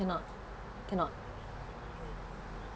cannot cannot